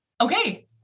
okay